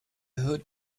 hood